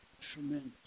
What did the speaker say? tremendous